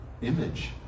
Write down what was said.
image